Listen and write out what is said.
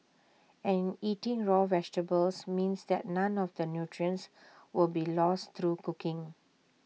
and eating raw vegetables means that none of the nutrients will be lost through cooking